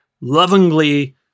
lovingly